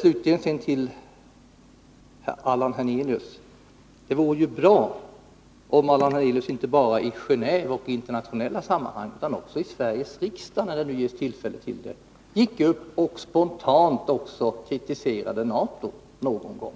Slutligen till Allan Hernelius: Det vore ju bra om Allan Hernelius inte bara i Gen&ve och i internationella sammanhang utan också i Sveriges riksdag, när det nu ges tillfälle till det, gick upp och spontant kritiserade även NATO någon gång.